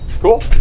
Cool